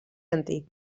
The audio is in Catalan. antic